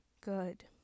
good